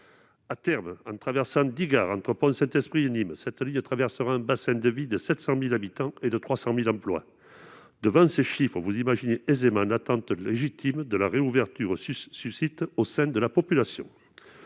À terme, en desservant dix gares entre Pont-Saint-Esprit et Nîmes, cette ligne traversera un bassin de vie de 700 000 habitants et de 300 000 emplois. Devant ces chiffres, vous imaginez aisément l'attente légitime que cette réouverture suscite au sein de la population.